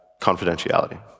confidentiality